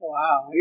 Wow